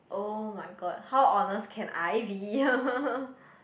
[oh]-my-god how honest can I be